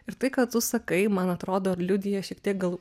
ir tai ką tu sakai man atrodo ir liudija šiek tiek gal